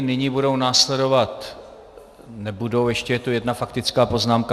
Nyní budou následovat, nebudou, ještě je tady jedna faktická poznámka.